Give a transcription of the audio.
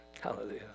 Hallelujah